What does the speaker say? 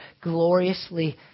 gloriously